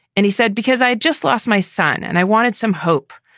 and he said, because i just lost my son and i wanted some hope.